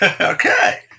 Okay